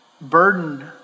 burden